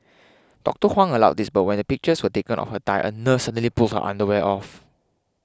Doctor Huang allowed this but when pictures were taken of her thigh a nurse suddenly pulled her underwear off